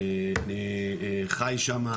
אני חי שם,